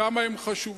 כמה הן חשובות,